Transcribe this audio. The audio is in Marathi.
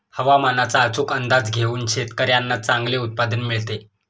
हवामानाचा अचूक अंदाज घेऊन शेतकाऱ्यांना चांगले उत्पादन मिळते